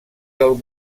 del